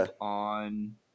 on